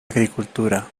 agricultura